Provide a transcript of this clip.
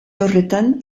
horretan